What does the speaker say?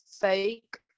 fake